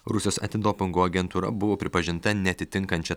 rusijos antidopingo agentūra buvo pripažinta neatitinkančia